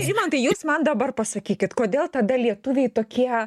rimantai jūs man dabar pasakykit kodėl tada lietuviai tokie